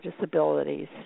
disabilities